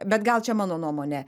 bet gal čia mano nuomonė